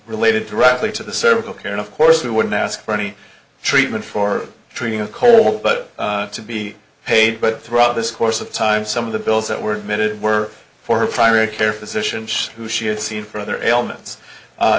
related to roughly to the cervical karen of course who wouldn't ask for any treatment for treating a cold but to be paid but throughout this course of time some of the bills that were committed were for primary care physicians who she had seen for other ailments